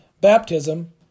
Baptism